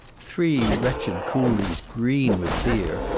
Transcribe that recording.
three wretched coolies green with fear,